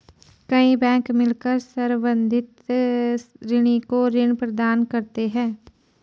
कई बैंक मिलकर संवर्धित ऋणी को ऋण प्रदान करते हैं